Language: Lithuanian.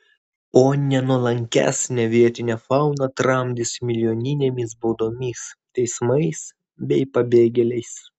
o nenuolankesnę vietinę fauną tramdys milijoninėmis baudomis teismais bei pabėgėliais